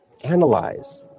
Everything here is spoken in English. Analyze